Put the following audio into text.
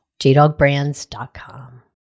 jdogbrands.com